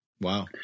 Wow